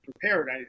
prepared